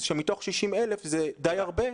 שמתוך 60,000 זה די הרבה.